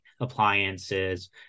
appliances